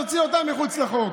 תוציא אותם מחוץ לחוק.